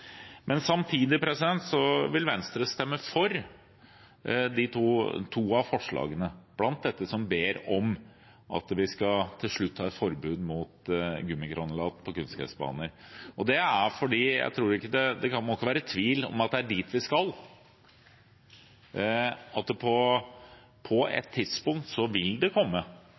vil Venstre stemme for to av forslagene, bl.a. dette som ber om at vi til slutt skal ha et forbud mot gummigranulat på kunstgressbaner. Det er fordi det ikke må være tvil om at det er dit vi skal. På et tidspunkt vil det komme